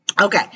Okay